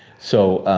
so,